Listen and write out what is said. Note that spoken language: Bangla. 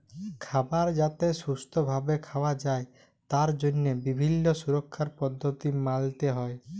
খাবার যাতে সুস্থ ভাবে খাওয়া যায় তার জন্হে বিভিল্য সুরক্ষার পদ্ধতি মালতে হ্যয়